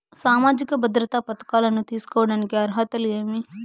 సామాజిక భద్రత పథకాలను తీసుకోడానికి అర్హతలు ఏమి?